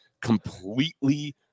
completely